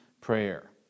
prayer